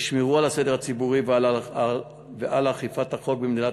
ישמרו על הסדר הציבורי ועל אכיפת החוק במדינת